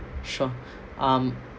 sure um